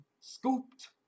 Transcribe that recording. scooped